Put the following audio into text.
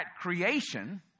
creation